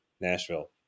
Nashville